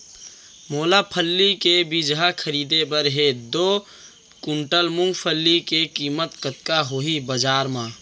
मोला फल्ली के बीजहा खरीदे बर हे दो कुंटल मूंगफली के किम्मत कतका होही बजार म?